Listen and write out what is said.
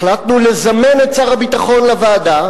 החלטנו לזמן את שר הביטחון לוועדה.